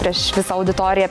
prieš visą auditoriją